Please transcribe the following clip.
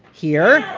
here,